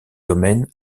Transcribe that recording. domaine